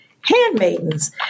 handmaidens